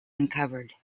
uncovered